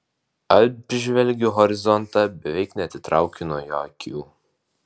apžvelgiu horizontą beveik nebeatitraukiu nuo jo akių